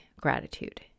gratitude